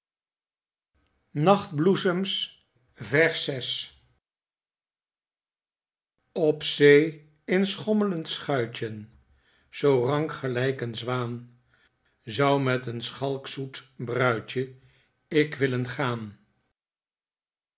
op zee in schomlend schuitjen zoo rank gelijk een zwaan zou met een schalk zoet bruidjen ik willen gaan